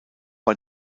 bei